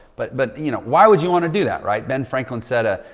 but but you know why would you want to do that? right. ben franklin says, but